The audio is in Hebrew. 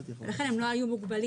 ולכן הם לא היו מוגבלים,